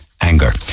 anger